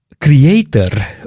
creator